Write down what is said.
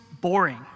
boring